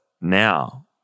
now